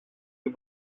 του